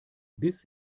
bis